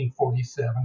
1947